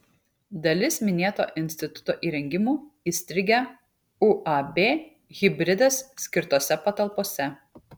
dalis minėto instituto įrengimų įstrigę uab hibridas skirtose patalpose